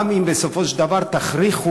גם אם בסופו של דבר תכריחו,